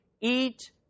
eat